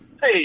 hey